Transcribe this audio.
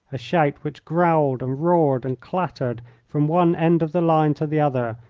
a shout which growled and roared and clattered from one end of the line to the other,